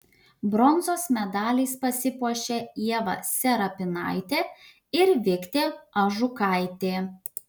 bronzos medaliais pasipuošė ieva serapinaitė ir viktė ažukaitė